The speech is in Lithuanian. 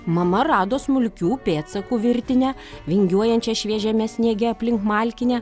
mama rado smulkių pėdsakų virtinę vingiuojančią šviežiame sniege aplink malkinę